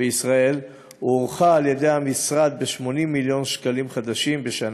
בישראל הוערכה על-ידי המשרד ב-80 מיליון שקלים חדשים בשנה.